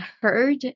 heard